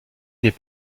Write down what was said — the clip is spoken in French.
n’est